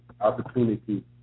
opportunity